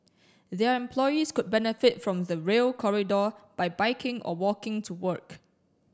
their employees could benefit from the Rail Corridor by biking or walking to work